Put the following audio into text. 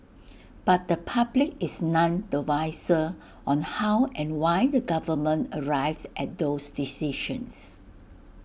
but the public is none the wiser on how and why the government arrived at those decisions